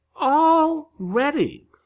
already